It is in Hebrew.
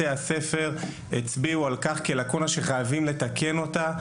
הספר הצביעו על כך שזוהי לקונה שחייבים לתקן אותה.